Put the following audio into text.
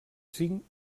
cinc